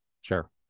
Sure